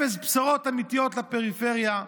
אפס בשורות אמיתיות לפריפריה,